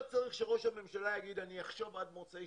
לא צריך שראש הממשלה יגיד: אני אחשוב עד מוצאי